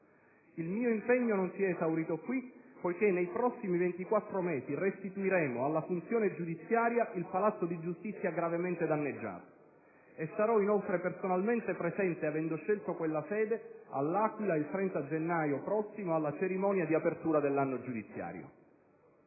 Il mio impegno non si è esaurito qui, poiché nei prossimi 24 mesi restituiremo alla funzione giudiziaria il palazzo di giustizia gravemente danneggiato e sarò, inoltre, personalmente presente, avendo scelto quella sede, all'Aquila, il 30 gennaio prossimo, alla cerimonia di apertura dell'anno giudiziario.